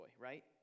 right